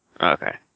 Okay